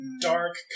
dark